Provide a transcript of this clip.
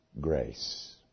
Grace